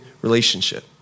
relationship